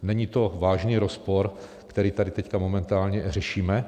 Není to vážný rozpor, který tady teď momentálně řešíme?